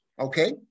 Okay